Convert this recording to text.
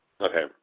Okay